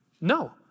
no